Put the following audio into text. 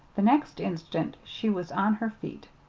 the next instant she was on her feet.